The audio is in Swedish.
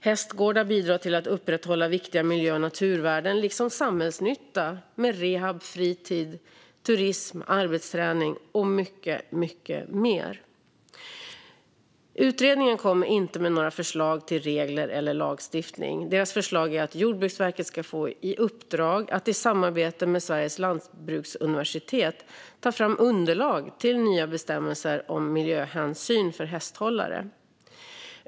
Hästgårdar bidrar till att upprätthålla viktiga miljö och naturvärden liksom samhällsnytta med rehab, fritid, turism, arbetsträning och mycket mer. Utredningen kommer inte med några förslag till regler eller lagstiftning. Dess förslag är att Jordbruksverket ska få i uppdrag att i samarbete med Sveriges lantbruksuniversitet ta fram underlag till nya bestämmelser om miljöhänsyn för hästhållare.